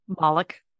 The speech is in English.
Malik